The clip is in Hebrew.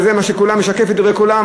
וזה מה שמשתקף בדברי כולם,